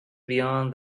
beyond